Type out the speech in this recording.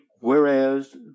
whereas